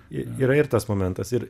ji yra ir tas momentas ir